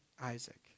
Isaac